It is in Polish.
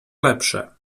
lepsze